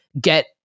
get